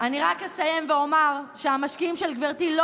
אני רק אסיים ואומר שהמשקיעים של גברתי לא